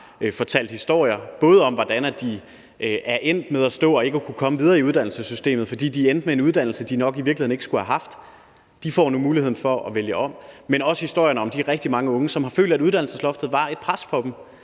fortalt historier, både om, hvordan de er endt med at stå og ikke kunne komme videre i uddannelsessystemet, fordi de er endt med en uddannelse, de nok i virkeligheden ikke skulle have haft, og de får nu muligheden for at vælge om. Men der er også historierne om de rigtig mange unge, som har følt, at uddannelsesloftet var et pres på dem,